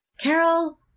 Carol